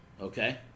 Okay